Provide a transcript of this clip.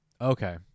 Okay